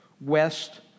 west